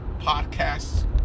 podcasts